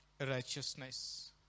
righteousness